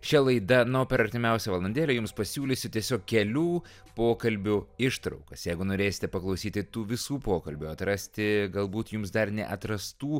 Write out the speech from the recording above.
šia laida na o per artimiausią valandėlę jums pasiūlysiu tiesiog kelių pokalbių ištraukas jeigu norėsite paklausyti tų visų pokalbių atrasti galbūt jums dar neatrastų